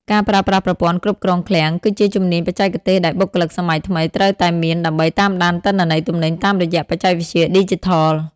ការប្រើប្រាស់ប្រព័ន្ធគ្រប់គ្រងឃ្លាំង គឺជាជំនាញបច្ចេកទេសដែលបុគ្គលិកសម័យថ្មីត្រូវតែមានដើម្បីតាមដានទិន្នន័យទំនិញតាមរយៈបច្ចេកវិទ្យាឌីជីថល។